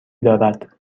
دارد